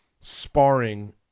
sparring